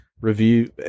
review